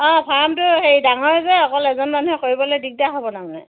অঁ ফাৰ্মটো হেৰি ডাঙৰ যে অকল এজন মানুহে কৰিবলে দিগদাৰ হ'ব তাৰমানে